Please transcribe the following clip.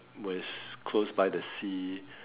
where's close by the sea